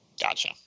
Gotcha